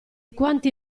quanti